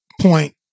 point